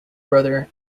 brother